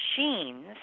machines